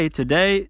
today